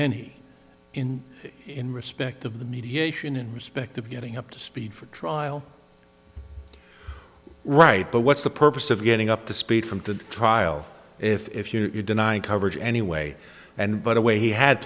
any in in respect of the mediation in respect of getting up to speed for trial right but what's the purpose of getting up to speed from to trial if you're denying coverage anyway and but away he had